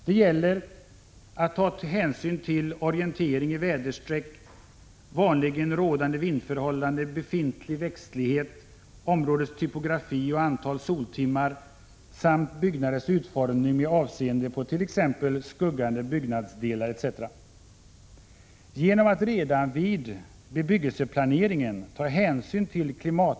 Det gäller att ta hänsyn till orientering i väderstreck, vanligen rådande vindförhållanden, befintlig växtlighet, områdets typografi och antalet soltimmar samt byggnadens utformning med avseende på t.ex. skuggande byggnadsde lar. Genom att redan vid bebyggelseplaneringen ta hänsyn till klimatdata av Prot.